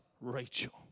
Rachel